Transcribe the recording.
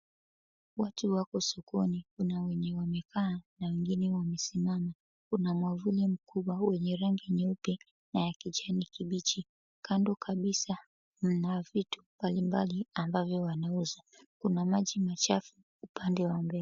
Watu wako sokoni, kuna wenye wamekaa na wengine wamesimama. Kuna mwavuli mkubwa wenye rangi nyeupe na ya kijani kibichi. Kando kabisa, mna vitu mbalimbali ambavyo wanauza. Kuna maji machafu upande wa mbele.